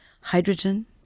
hydrogen